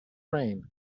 rain